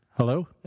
Hello